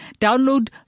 Download